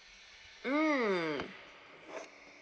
mm